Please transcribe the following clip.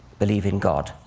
believe in god.